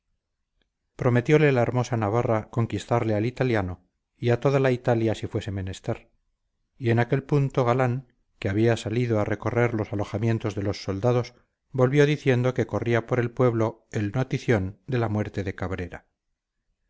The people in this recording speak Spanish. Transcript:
nobleza prometiole la hermosa navarra conquistarle al italiano y a toda la italia si fuese menester y en aquel punto galán que había salido a recorrer los alojamientos de los soldados volvió diciendo que corría por el pueblo el notición de la muerte de cabrera